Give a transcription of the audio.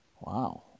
Wow